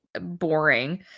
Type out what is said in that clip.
boring